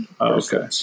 Okay